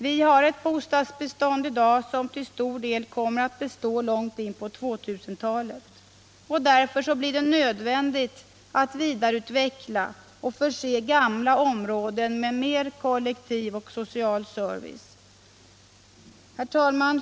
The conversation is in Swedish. Vi har ett bostadsbestånd i dag som till stor del kommer att bestå långt in på 2000-talet, och därför blir det nödvändigt att vidareutveckla gamla områden och förse dem med mer kollektiv och social service. Herr talman!